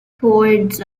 towards